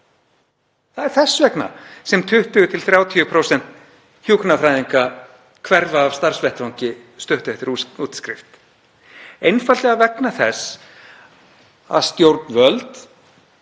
Það er þess vegna sem 20–30% hjúkrunarfræðinga hverfa af starfsvettvangi stuttu eftir útskrift, einfaldlega vegna þess að stjórnvöld,